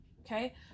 Okay